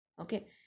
okay